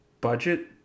budget